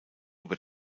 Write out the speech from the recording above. über